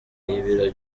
y’ibiro